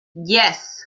yes